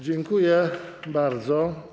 Dziękuję bardzo.